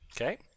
Okay